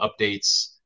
updates